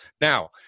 Now